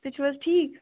تُہۍ چھِو حظ ٹھیٖک